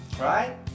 Right